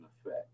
effect